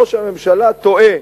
ראש הממשלה טועה,